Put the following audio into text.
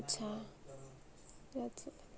अच्छा